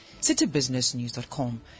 citybusinessnews.com